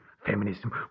Feminism